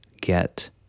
get